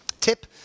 tip